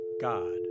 God